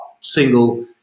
single